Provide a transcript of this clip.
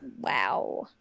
Wow